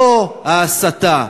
זו ההסתה,